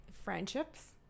friendships